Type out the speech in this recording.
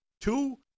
two